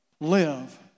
live